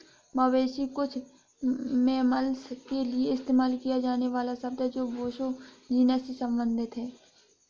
मवेशी कुछ मैमल्स के लिए इस्तेमाल किया जाने वाला शब्द है जो बोसो जीनस से संबंधित हैं